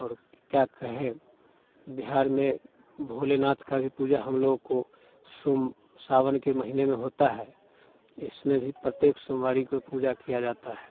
और क्या कहें बिहार में भोलेनाथ का भी पूजा हम लोगों को सावन के महीने में होता है इसमें भी प्रत्येक सोमवारी को पूजा किया जाता है